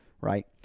right